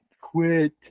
Quit